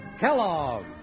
Kellogg